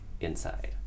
Inside